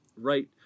right